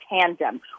tandem